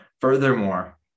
Furthermore